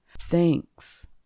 Thanks